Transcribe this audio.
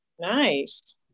nice